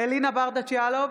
אלינה ברדץ' יאלוב,